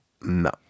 No